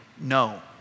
no